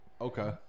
Okay